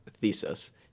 thesis